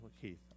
Keith